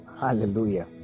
Hallelujah